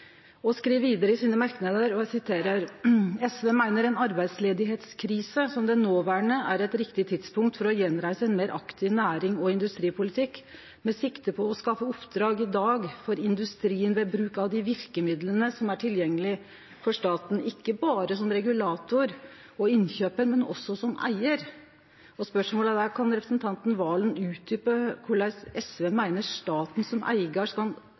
SV «mener en arbeidsløshetskrise som den nåværende er et riktig tidspunkt for å gjenreise en mer aktiv nærings- og industripolitikk, med sikte på å skaffe oppdrag i dag for industrien ved bruk av de virkemidlene som er tilgjengelig for staten ikke bare som regulator og innkjøper, men også som eier». Spørsmålet er da: Kan representanten Serigstad Valen utdjupe korleis SV meiner staten som eigar skal